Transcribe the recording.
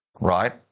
right